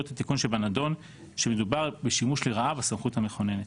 התיקון שבנדון שמדובר בשימוש לרעה בסמכות המכוננת.